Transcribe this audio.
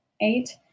eight